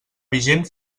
vigent